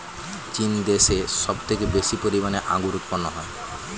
চীন দেশে সব থেকে বেশি পরিমাণে আঙ্গুর উৎপন্ন হয়